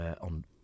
on